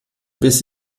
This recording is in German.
biss